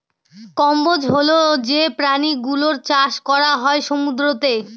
কম্বোজ হল যে প্রাণী গুলোর চাষ করা হয় সমুদ্রতে